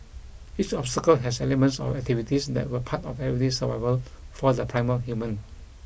each obstacle has elements of activities that were part of everyday survival for the primal human